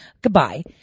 Goodbye